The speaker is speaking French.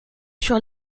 sur